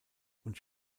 und